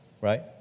right